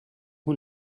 who